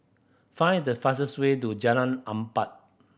find the fastest way to Jalan Empat